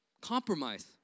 compromise